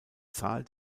zahl